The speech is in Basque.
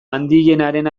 handienaren